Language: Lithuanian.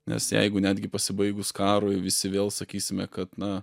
nes jeigu netgi pasibaigus karui visi vėl sakysime kad na